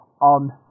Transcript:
on